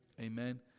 Amen